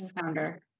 founder